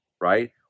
right